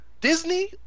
Disney